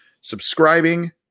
subscribing